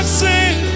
sing